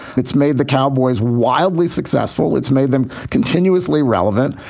it's made the cowboys wildly successful. it's made them continuously relevant.